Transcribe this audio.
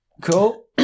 Cool